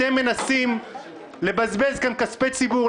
אתם מנסים לבזבז כאן כספי ציבור,